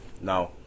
No